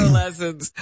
lessons